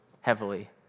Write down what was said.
heavily